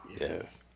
Yes